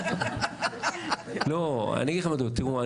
תיראו,